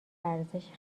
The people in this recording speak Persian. ارزش